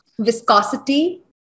Viscosity